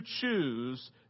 choose